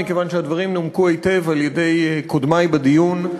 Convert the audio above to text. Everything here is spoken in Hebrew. מכיוון שהדברים נומקו היטב על-ידי קודמי בדיון.